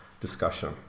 discussion